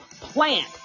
plant